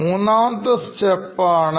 മൂന്നാമത്തെ സ്റ്റെപ്പ് ആണ്